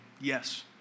yes